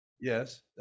yes